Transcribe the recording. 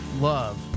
love